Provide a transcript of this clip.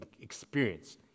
experience